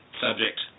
subject